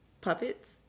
puppets